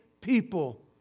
people